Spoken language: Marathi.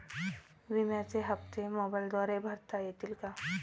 विम्याचे हप्ते मोबाइलद्वारे भरता येतील का?